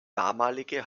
damalige